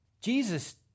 Jesus